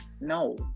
No